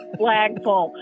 flagpole